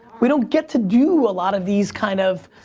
we don't get to do a lot of these kind of,